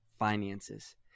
finances